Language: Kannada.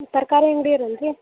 ತರಕಾರಿ ಅಂಗ್ಡಿಯೋರು ಏನು ರೀ